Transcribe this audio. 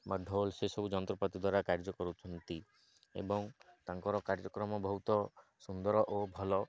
ବା ଢୋଲ ସେସବୁ ଯନ୍ତ୍ରପାତି ଦ୍ୱାରା କାର୍ଯ୍ୟ କରୁଛନ୍ତି ଏବଂ ତାଙ୍କର କାର୍ଯ୍ୟକ୍ରମ ବହୁତ ସୁନ୍ଦର ଓ ଭଲ